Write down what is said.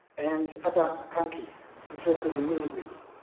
and other countries interested in mini grids.